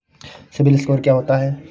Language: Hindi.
सिबिल स्कोर क्या होता है?